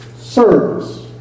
service